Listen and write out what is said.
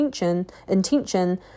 intention